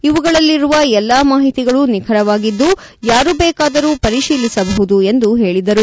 ಇವುಗಳಲ್ಲಿರುವ ಎಲ್ಲಾ ಮಾಹಿತಿಗಳು ನಿಖರವಾಗಿದ್ದು ಯಾರು ಬೇಕಾದರೂ ಪರಿಶೀಲಿಸಬಹುದು ಎಂದು ಹೇಳಿದರು